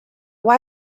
why